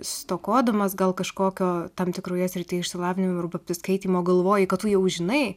stokodamas gal kažkokio tam tikroje srityje išsilavinimo apsiskaitymo galvoji kad tu jau žinai